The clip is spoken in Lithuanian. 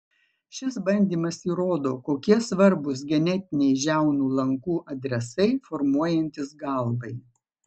šis bandymas įrodo kokie svarbūs genetiniai žiaunų lankų adresai formuojantis galvai